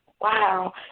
Wow